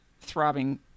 throbbing